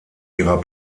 ihrer